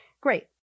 Great